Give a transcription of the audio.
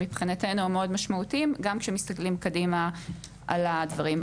מבחינתנו מאוד משמעותיים גם שם מסתכלים קדימה על הדברים.